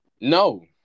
No